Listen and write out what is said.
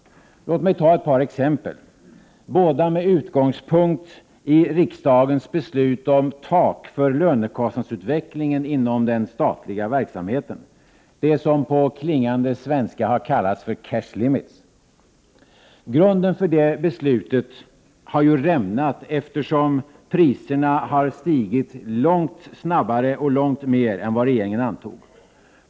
Låt mig ta ett par exempel, båda med utgångspunkt i riksdagens beslut om tak för lönekostnadsutvecklingen inom den statliga verksamheten, det som på klingande svenska har kallats för ”cash limits”. Grunden för det beslutet har ju rämnat, eftersom priserna har stigit långt snabbare och långt mer än vad regeringen antog.